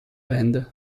band